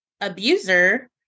abuser